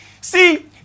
See